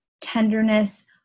tenderness